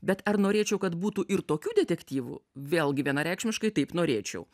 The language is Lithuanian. bet ar norėčiau kad būtų ir tokių detektyvų vėlgi vienareikšmiškai taip norėčiau